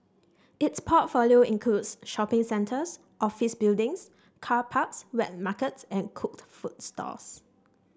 its portfolio includes shopping centres office buildings car parks wet markets and cooked food stalls